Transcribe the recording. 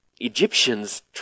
Egyptians